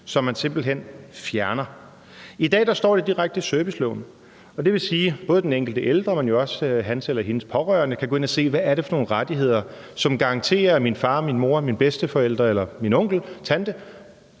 som man simpelt hen fjerner. I dag står det direkte i serviceloven. Og det vil sige, at både den enkelte ældre, men jo også hans eller hendes pårørende kan gå ind at se: Hvad er det for nogle rettigheder, som garanterer, at min far, min mor, mine bedsteforældre eller min onkel og tante